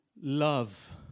love